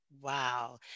Wow